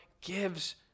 gives